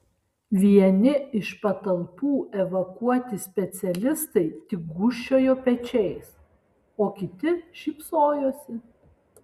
vieni iš patalpų evakuoti specialistai tik gūžčiojo pečiais o kiti šypsojosi